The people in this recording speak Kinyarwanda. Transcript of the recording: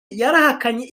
yarahakanye